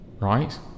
right